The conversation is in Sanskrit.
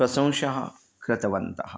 प्रशंसा कृतवन्तः